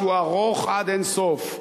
שהוא ארוך עד אין-סוף,